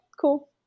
cool